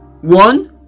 one